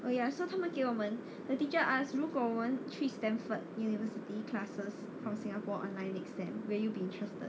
oh ya so 他们给我们 the teacher ask 如果我们去 stamford university classes from singapore online next sem will you be interested